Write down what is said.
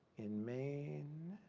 in main